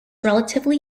relatively